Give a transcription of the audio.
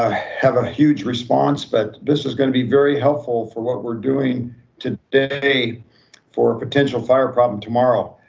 ah have a huge response, but this is gonna be very helpful for what we're doing today for a potential fire problem tomorrow.